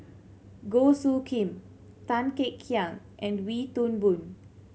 Goh Soo Khim Tan Kek Hiang and Wee Toon Boon